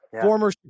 former